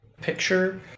picture